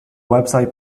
website